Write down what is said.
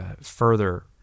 further